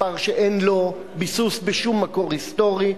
מספר שאין לו ביסוס בשום מקור היסטורי.